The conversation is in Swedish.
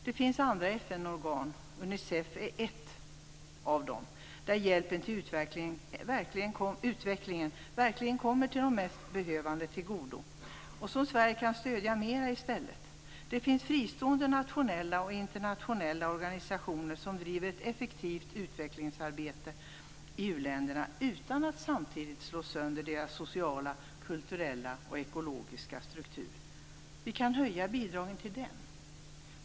Det finns andra FN-organ, där Unicef är ett av dem, där hjälpen till utveckling verkligen kommer de mest behövande till godo och som Sverige i stället kan stödja mer. Det finns fristående nationella och internationella organisationer som bedriver ett effektivt utvecklingsarbete i u-länderna utan att samtidigt slå sönder deras sociala, kulturella och ekologiska struktur. Vi kan höja bidragen till dem.